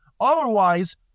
Otherwise